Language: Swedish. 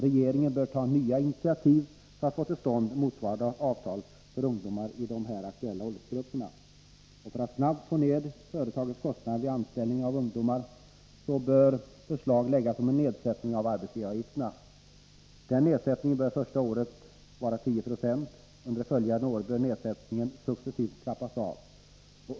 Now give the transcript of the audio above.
Regeringen bör ta nya initiativ för att få till stånd motsvarande avtal för ungdomar i de här aktuella åldersgrupperna. För att snabbt få ned företagens kostnader vid anställning av ungdomar bör förslag läggas fram om en nedsättning av arbetsgivaravgifterna. Denna nedsättning bör första året vara 10 96. Under de följande åren bör nedsättningen successivt trappas av.